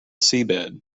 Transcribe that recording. seabed